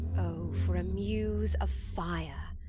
o for a muse of fire,